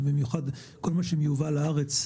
ובמיוחד כל מה שמיובא לארץ,